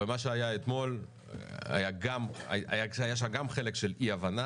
בדקתי את זה עם יושב-ראש הסיעה שלנו והוא אמר שהוא לא הכיר את